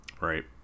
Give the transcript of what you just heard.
Right